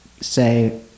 say